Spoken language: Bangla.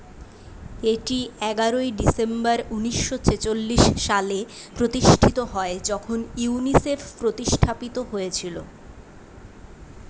এটি এগারোই ডিসেম্বর উনিশশো ছেচল্লিশ সালে প্রতিষ্ঠিত হয় যখন ইউনিসেফ প্রতিস্থাপিত হয়েছিল